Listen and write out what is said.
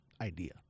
idea